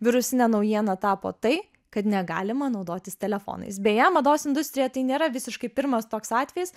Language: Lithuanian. virusine naujiena tapo tai kad negalima naudotis telefonais beje mados industrijoje tai nėra visiškai pirmas toks atvejis